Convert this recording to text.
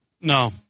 No